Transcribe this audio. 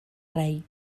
rei